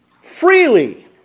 freely